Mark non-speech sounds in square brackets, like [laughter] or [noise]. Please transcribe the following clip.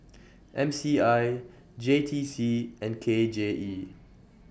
[noise] M C I J T C and K J E